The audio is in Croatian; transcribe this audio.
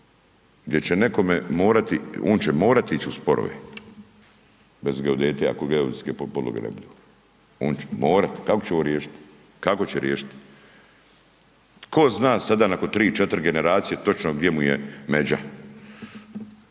gdje će nekome morati, on će morati ići u sporove, tj. geodete ako geodetske podloge ne budu, on će morati, kako će on riješiti, kako će on riješiti? Tko zna sada nakon 3, 4 generacije, točno gdje mu je međa